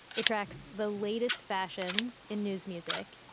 it tracks the latest fashions in news music.